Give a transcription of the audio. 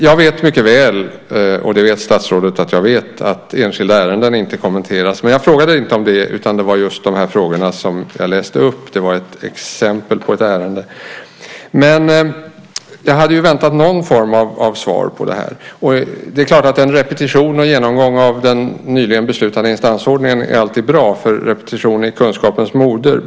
Jag vet mycket väl, och det vet statsrådet att jag vet, att enskilda ärenden inte kommenteras, men jag frågade inte om det utan det gällde just de frågor som jag läst upp - det var ett exempel på ett ärende. Någon form av svar hade jag väntat mig. Det är klart att en repetition och en genomgång av den nyligen beslutade instansordningen alltid är bra. Repetition är ju kunskapens moder.